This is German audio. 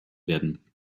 werden